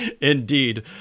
Indeed